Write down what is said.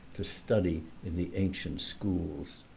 to study in the ancient schools.